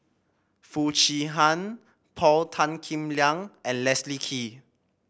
Foo Chee Han Paul Tan Kim Liang and Leslie Kee